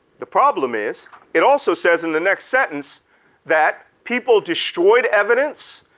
the problem is it also says in the next sentence that people destroyed evidence,